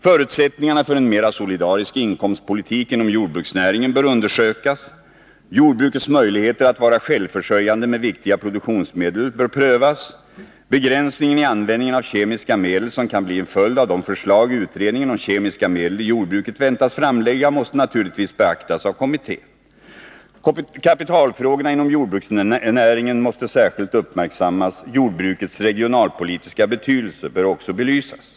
Förutsättningarna för en mera solidarisk inkomstpolitik inom jordbruksnäringen bör undersökas. Jordbrukets möjligheter att vara självförsörjande med viktiga produktionsmedel bör prövas. Begränsningen i användningen av kemiska medel som kan bli en följd av de förslag utredningen om kemiska medel i jordbruket väntas framlägga måste naturligtvis beaktas av kommittén. Kapitalfrågorna inom jordbruksnäringen måste särskilt uppmärksammas. Jordbrukets regionalpolitiska betydelse bör också belysas.